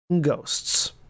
Ghosts